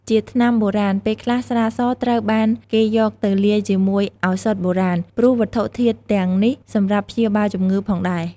ជាថ្នាំបុរាណ ពេលខ្លះ ស្រាសត្រូវបានគេយកទៅលាយជាមួយឱសថបុរាណ ព្រោះវត្ថុធាតុទាំងនេះសម្រាប់ព្យាបាលជម្ងឺផងដែរ។